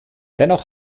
dennoch